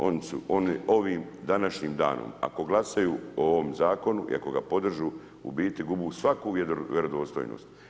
Oni ovim današnjim danom ako glasaju o ovome zakonu i ako ga podrže u biti gube svaku vjerodostojnost.